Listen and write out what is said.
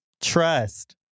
Trust